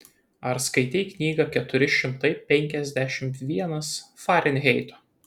ar skaitei knygą keturi šimtai penkiasdešimt vienas farenheito